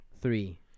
Three